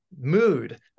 mood